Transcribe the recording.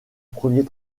premier